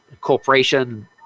Corporation